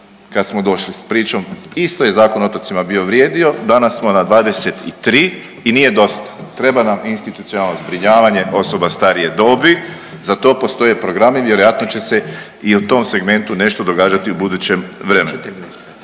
kad smo došli s pričom. Isto je Zakon o otocima bio vrijedio. Danas smo na 23 i nije dosta. Treba nam i institucionalno zbrinjavanje osoba starije dobi. Za to postoje programi. Vjerojatno će se i u tom segmentu nešto događati u budućem vremenu.